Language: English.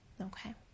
Okay